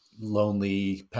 lonely